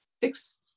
six